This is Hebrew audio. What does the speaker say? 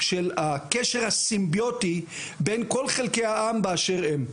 של הקשר הסימביוטי בין כל חלקי העם באשר הם.